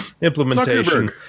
Implementation